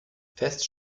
fest